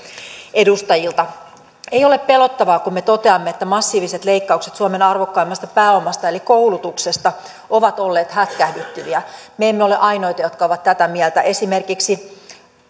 edustajilta ei ole pelottelua kun me toteamme että massiiviset leikkaukset suomen arvokkaimmasta pääomasta eli koulutuksesta ovat olleet hätkähdyttäviä me emme ole ainoita jotka ovat tätä mieltä esimerkiksi